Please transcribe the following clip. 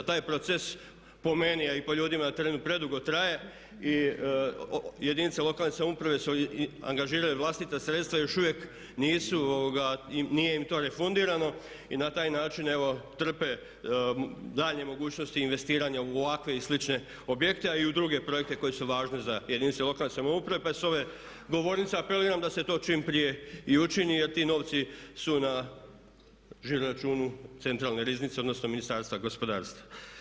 Taj je proces po meni a i po ljudima predugo traje i jedinice lokalne samouprave su angažirale vlastita sredstva i još uvijek nije im to refundirano i na taj način evo trpe daljnje mogućnosti investiranja u ovakve i slične objekte a i u druge projekte koji su važni za jedinice lokalne samouprave pa s ove govornice apeliram da se to čim prije i učini jer ti novci su na žiro računu centralne riznice odnosno Ministarstva gospodarstva.